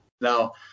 Now